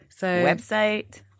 website